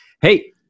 hey